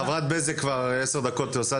חברת הכנסת בזק כבר עשר דקות מסמנת